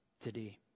today